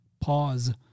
pause